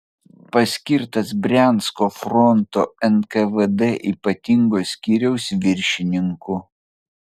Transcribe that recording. paskirtas briansko fronto nkvd ypatingo skyriaus viršininku